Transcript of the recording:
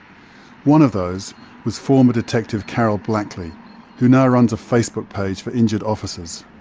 one of those was former detective karol blackley who now runs a facebook page for injured officers.